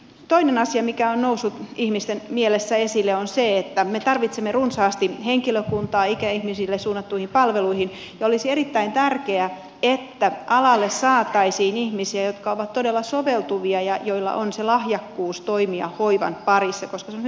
toinen asia mikä on noussut ihmisten mielessä esille on se että me tarvitsemme runsaasti henkilökuntaa ikäihmisille suunnattuihin palveluihin ja olisi erittäin tärkeä että alalle saataisiin ihmisiä jotka ovat todella soveltuvia ja joilla on lahjakkuus toimia hoivan parissa koska se on hyvin vaativaa työtä